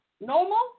normal